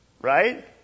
Right